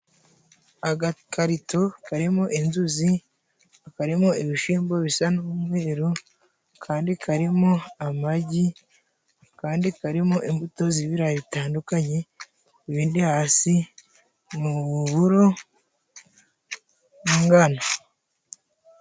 Agakarito karimo inzuzi, karimo ibishyimbo bisa n'umweru, akandi karimo amagi, akandi karimo imbuto y'ibirayi bitandukanye, ibindi hasi ni uburyo ni ngano.